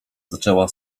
zaczęła